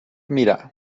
mirar